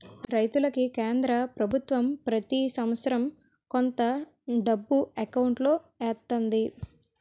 రైతులకి కేంద్ర పభుత్వం ప్రతి సంవత్సరం కొంత డబ్బు ఎకౌంటులో ఎత్తంది